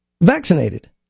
vaccinated